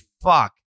fuck